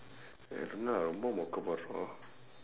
I don't know ரொம்ப மொக்கை போடுறான்:rompa mokkai pooduraan